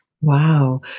Wow